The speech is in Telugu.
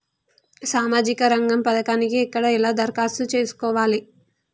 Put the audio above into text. సామాజిక రంగం పథకానికి ఎక్కడ ఎలా దరఖాస్తు చేసుకోవాలి?